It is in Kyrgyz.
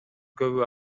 көбү